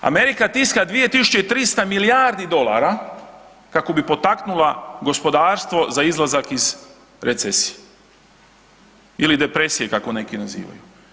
Amerika tiska 230 milijardi dolara kako bi potaknula gospodarstvo za izlazak iz recesije ili depresije, kako neki nazivaju.